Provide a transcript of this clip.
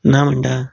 ना म्हण्टा